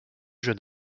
jeune